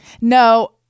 No